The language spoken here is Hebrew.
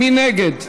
מי נגד?